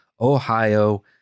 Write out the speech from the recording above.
Ohio